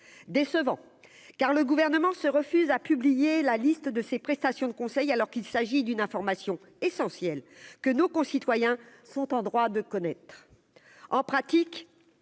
décevant car le gouvernement se refuse à publier la liste de ses prestations de conseil alors qu'il s'agit d'une information essentielle, que nos concitoyens sont en droit de connaître, en pratique,